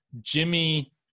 Jimmy